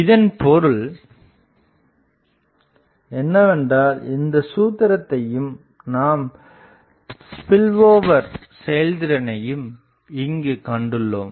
இதன் பொருள் என்னவென்றால் இந்த சூத்திரத்தையும் நாம் ஸ்பில்ஓவர் செயல்திறனையும் இங்கு கண்டுள்ளோம்